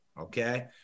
okay